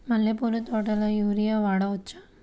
మల్లె పూల తోటలో యూరియా వాడవచ్చా?